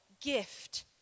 gift